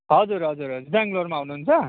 हजुर हजुर हजुर ब्याङ्लोरमा हुनुहुन्छ